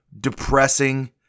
depressing